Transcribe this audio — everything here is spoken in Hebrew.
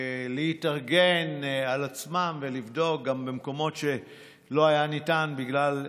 להתארגן על עצמם ולבדוק גם במקומות שלא היה ניתן בגלל הקורונה.